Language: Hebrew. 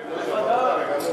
בוודאי.